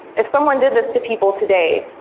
if someone did this to people today,